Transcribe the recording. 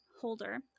Holder